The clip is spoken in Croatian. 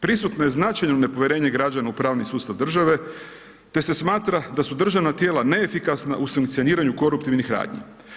Prisutno je značajno nepovjerenje u pravni sustav države, te se smatra, da u državna tijela neefikasna u sankcioniranju koruptivnih radnji.